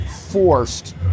forced